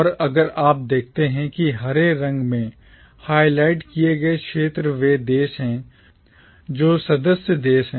और अगर आप देखते हैं कि हरे रंग में हाइलाइट किए गए क्षेत्र वे देश हैं जो सदस्य देश हैं